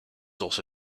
also